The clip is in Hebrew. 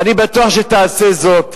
ואני בטוח שתעשה זאת,